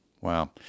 Wow